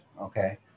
Okay